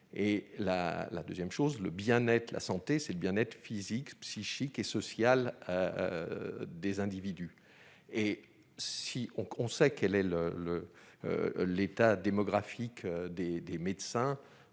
et la la 2ème chose le bien-être, la santé, c'est le bien-être physique, psychique et social des individus et si on qu'on sait quel est le le l'État démographique des des médecins,